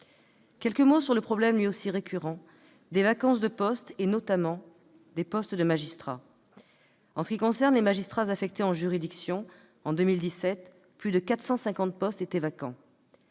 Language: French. Quelques mots sur le problème lui aussi récurrent des vacances de postes, et notamment des postes de magistrats. Pour ce qui concerne les magistrats affectés en juridiction, en 2017, plus de 450 postes étaient vacants.